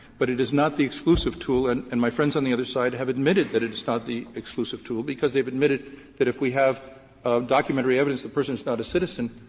but it is not the exclusive tool, and and my my friends on the other side have admitted that it's not the exclusive tool, because they've admitted that if we have documentary evidence the person is not a citizen,